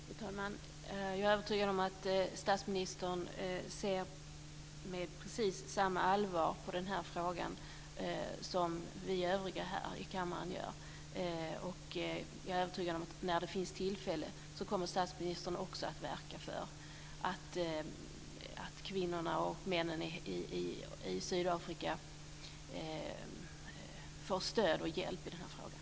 Fru talman! Jag är övertygad om att statsministern ser med precis samma allvar på frågan som vi övriga i kammaren. Jag är övertygad om att när det finns tillfälle kommer statsministern också att verka för att kvinnorna och männen i Sydafrika får stöd och hjälp i frågan.